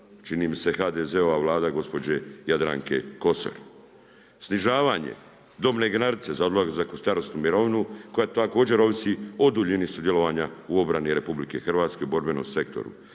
čini mi se HDZ-ova vlada gospođe Jadranke Kosor. Snižavanje dobne granice za odlazak u starosnu mirovinu koja također ovisi o duljini sudjelovanja u obrani RH u borbenom sektoru,